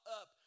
up